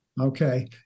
okay